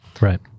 Right